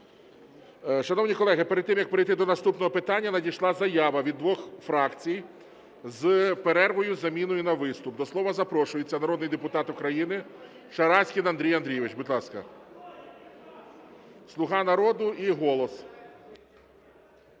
Шановні колеги, перед тим, як перейти до наступного питання, надійшла заява від двох фракцій з перервою з заміною на виступ. До слова запрошується народний депутат України Шараськін Андрій Андрійович. Будь ласка. (Шум у залі)